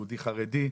יהודי חרדי,